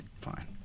fine